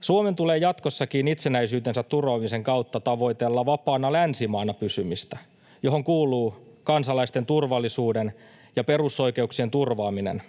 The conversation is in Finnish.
Suomen tulee jatkossakin itsenäisyytensä turvaamisen kautta tavoitella vapaana länsimaana pysymistä, johon kuuluu kansalaisten turvallisuuden ja perusoikeuksien turvaaminen,